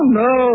no